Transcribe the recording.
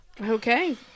Okay